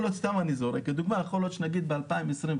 אני סתם זורק לדוגמה, יכול להיות שנגיד ב-2025,